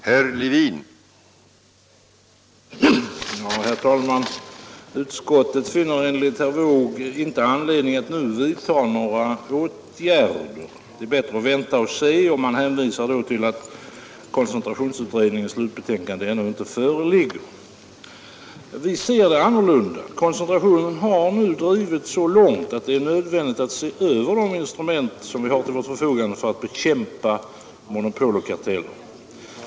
Herr talman! Utskottet finner enligt herr Wååg inte anledning att nu vidta några åtgärder. Det är bättre att vänta och se; man hänvisar till att koncentrationsutredningens slutbetänkande ännu inte föreligger. Vi ser det annorlunda. Koncentrationen har nu drivits så långt att det är nödvändigt att se över de instrument som vi har till vårt förfogande för att bekämpa monopol och karteller.